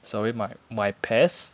sorry my my PES